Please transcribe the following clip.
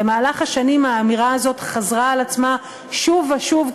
במהלך השנים האמירה הזאת חזרה על עצמה שוב ושוב,